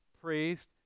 priest